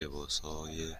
لباسهای